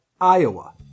Iowa